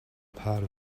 part